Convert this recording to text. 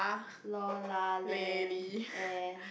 lor lah leh eh